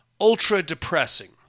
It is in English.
ultra-depressing